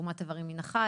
תרומת איברים מן החי.